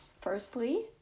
firstly